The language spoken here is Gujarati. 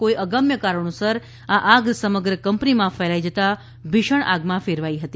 કોઇ અગમ્ય કારણોસર આ આગ સમગ્ર કંપનીમાં ફેલાઇ જતાં ભીષણ આગમાં ફેરવાઇ હતી